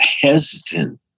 hesitant